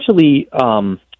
essentially